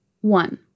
One